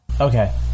okay